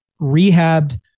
rehabbed